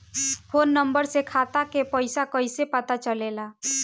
Phone number से खाता के पइसा कईसे पता चलेला?